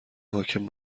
حاکم